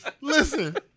Listen